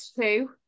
two